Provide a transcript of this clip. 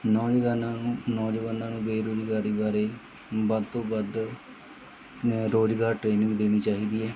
ਨੌਜਗਾਨਾਂ ਨੂੰ ਨੌਜਵਾਨਾਂ ਨੂੰ ਬੇਰੁਜ਼ਗਾਰੀ ਬਾਰੇ ਵੱਧ ਤੋਂ ਵੱਧ ਰੁਜ਼ਗਾਰ ਟ੍ਰੇਨਿੰਗ ਦੇਣੀ ਚਾਹੀਦੀ ਹੈ